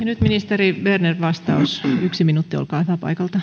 nyt ministeri bernerin vastaus paikalta yksi minuutti olkaa hyvä